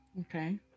Okay